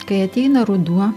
kai ateina ruduo